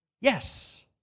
Yes